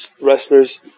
wrestlers